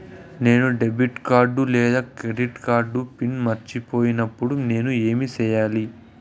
నేను debit card లేదా credit card pin మర్చిపోయినప్పుడు నేను ఏమి సెయ్యాలి?